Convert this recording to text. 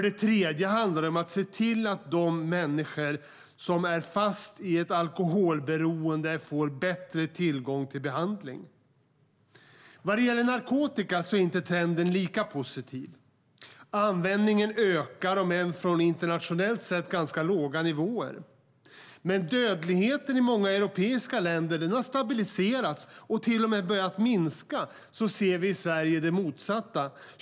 Det handlar för det tredje om att se till att de människor som är fast i ett alkoholberoende får bättre tillgång till behandling. Vad gäller narkotika är trenden inte lika positiv. Användningen ökar, om än från internationellt sett ganska låga nivåer. Medan dödligheten i många europeiska länder har stabiliserats och till och med börjat minska ser vi i Sverige det motsatta.